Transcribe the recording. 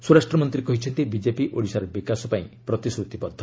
ସ୍ୱରାଷ୍ଟ୍ରମନ୍ତ୍ରୀ କହିଛନ୍ତି ବିଜେପି ଓଡ଼ିଶାର ବିକାଶ ପାଇଁ ପ୍ରତିଶ୍ରତିବଦ୍ଧ